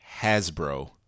Hasbro